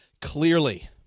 clearly